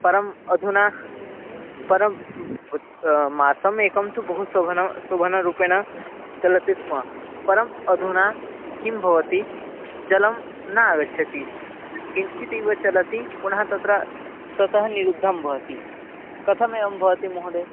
परम् अधुना परं मासम् एकं तु बहु शोभन शोभनरूपेण चलति स्म परम् अधुना किं भवति जलं न आगच्छति किञ्चिदिव चलति पुनः तत्र ततः निरुद्धं भवति कथमेवं भवति महोदयः